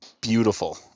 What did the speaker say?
Beautiful